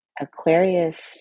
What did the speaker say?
Aquarius